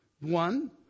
one